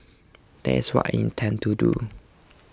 that's what I intend to do